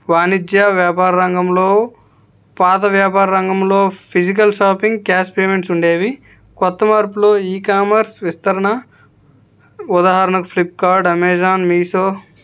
వాణిజ్య వ్యాపార రంగంలో పాత వ్యాపార రంగంలో ఫిజికల్ షాపింగ్ క్యాష్ పేమెంట్స్ ఉండేవి కొత్త మార్పులో ఈ కామర్స్ విస్తరణ ఉదాహరణకు ఫ్లిప్కార్ట్ అమెజాన్ మీషో